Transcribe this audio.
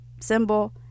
symbol